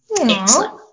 excellent